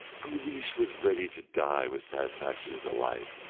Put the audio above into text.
guleesh was ready to die with satisfaction and delight.